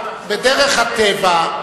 בדרך הטבע,